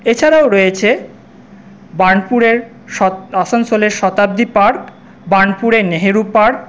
এছাড়াও রয়েছে বার্নপুরের আসানসোলে শতাব্দী পার্ক বার্নপুরে নেহেরু পার্ক